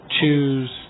choose